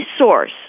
source